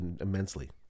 immensely